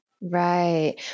Right